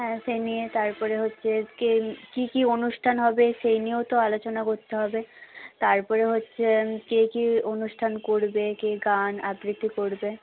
হ্যাঁ সে নিয়ে তারপরে হচ্ছে কে কী কী অনুষ্ঠান হবে সেই নিয়েও তো আলোচনা করতে হবে তারপরে হচ্ছে কে কী অনুষ্ঠান করবে কে গান আবৃত্তি করবে